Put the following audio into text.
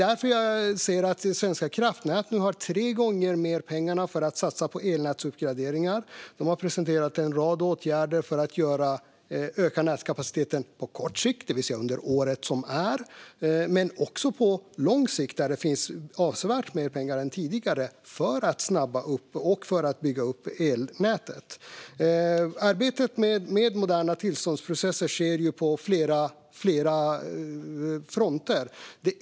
Därför har Svenska kraftnät nu tre gånger mer pengar för att satsa på elnätsuppgraderingar. De har presenterat en rad åtgärder för att öka nätkapaciteten på kort sikt, det vill säga under det här året, men också på lång sikt. Det finns avsevärt mer pengar än tidigare för att snabba på och bygga upp elnätet. Arbetet med moderna tillståndsprocesser sker på flera fronter.